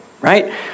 Right